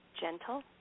gentle